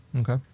Okay